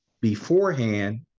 Beforehand